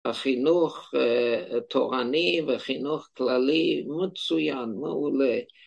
‫החינוך תורני וחינוך כללי ‫מצוין, מעולה.